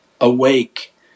awake